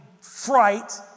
Fright